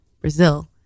Brazil